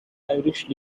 irish